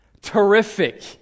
terrific